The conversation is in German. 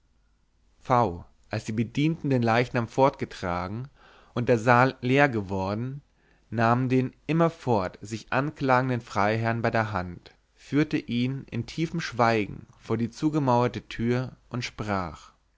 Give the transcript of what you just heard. v als die bedienten den leichnam fortgetragen und der saal leer geworden nahm den immerfort sich anklagenden freiherrn bei der hand führte ihn in tiefem schweigen vor die zugemaurte tür und sprach